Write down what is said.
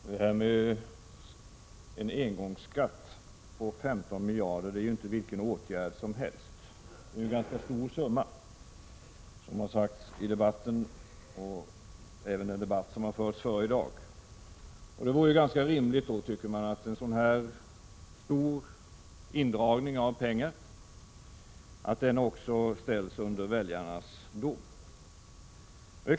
Herr talman! Att införa en engångsskatt på 15 miljarder kronor är inte vilken åtgärd som helst. Det handlar om en ganska stor summa, som sagts i debatten i dag och även tidigare. Det vore rimligt att en sådan stor indragning av pengar också ställdes under väljarnas dom.